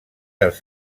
els